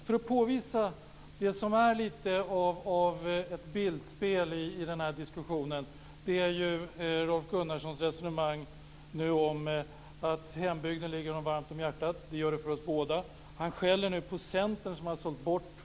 Låt mig påvisa vad som är lite av ett bildspel i diskussionen, nämligen Rolf Gunnarssons resonemang om att hembygden ligger honom varmt om hjärtat. Det gör den för oss båda.